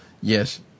yes